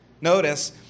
Notice